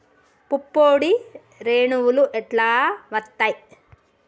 పుప్పొడి రేణువులు ఎట్లా వత్తయ్?